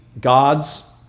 God's